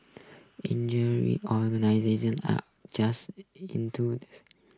injury organisers are just into